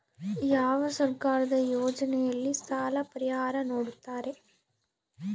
ಯಾವ ಸರ್ಕಾರದ ಯೋಜನೆಯಲ್ಲಿ ಸಾಲ ಪರಿಹಾರ ನೇಡುತ್ತಾರೆ?